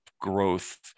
growth